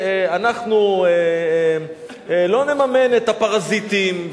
אנחנו לא נממן את הפרזיטים,